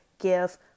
give